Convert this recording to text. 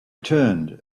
turned